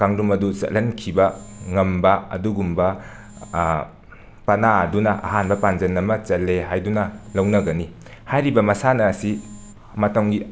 ꯀꯥꯡꯗ꯭ꯔꯨꯝ ꯑꯗꯨ ꯆꯠꯍꯟꯈꯤꯕ ꯉꯝꯕ ꯑꯗꯨꯒꯨꯝꯕ ꯄꯅꯥ ꯑꯗꯨꯅ ꯑꯍꯥꯟꯕ ꯄꯥꯟꯖꯟ ꯑꯃ ꯆꯜꯂꯦ ꯍꯥꯏꯗꯨꯅ ꯂꯧꯅꯒꯅꯤ ꯍꯥꯏꯔꯤꯕ ꯃꯁꯥꯟꯅ ꯑꯁꯤ ꯃꯇꯝꯒꯤ